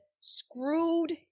screwed